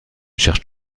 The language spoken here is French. cherche